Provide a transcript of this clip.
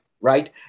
Right